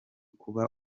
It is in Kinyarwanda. kuba